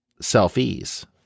self-ease